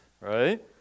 right